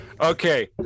okay